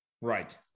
Right